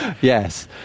Yes